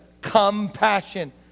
compassion